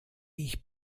ich